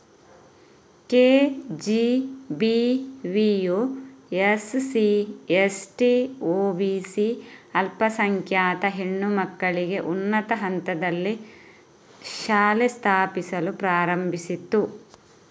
ಕೆ.ಜಿ.ಬಿ.ವಿಯು SC, ST, OBC ಅಲ್ಪಸಂಖ್ಯಾತ ಹೆಣ್ಣು ಮಕ್ಕಳಿಗೆ ಉನ್ನತ ಹಂತದಲ್ಲಿ ಶಾಲೆ ಸ್ಥಾಪಿಸಲು ಪ್ರಾರಂಭಿಸಿತು